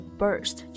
burst